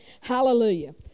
Hallelujah